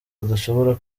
badashobora